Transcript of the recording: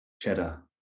Cheddar